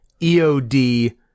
EOD